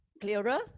Clearer